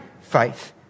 faith